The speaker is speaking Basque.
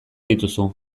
dituzu